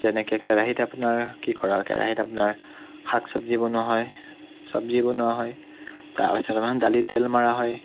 যেনেকৈ কেৰাহীত আপোনাৰ কি কৰা হয় কেৰাহীত আপোনাৰ শাক চব্জি বনোৱা হয় চব্জি বনোৱা হয় তাৰপিছত আপোনাৰ দালিত তেল মৰা হয়